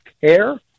care